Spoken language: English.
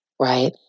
right